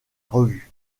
revue